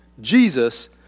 Jesus